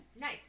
Nice